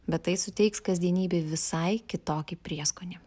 bet tai suteiks kasdienybei visai kitokį prieskonį